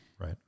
Right